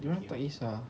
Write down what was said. dia orang tak kisah